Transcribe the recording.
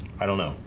i don't know,